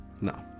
No